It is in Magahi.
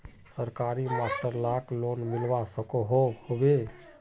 सरकारी मास्टर लाक लोन मिलवा सकोहो होबे?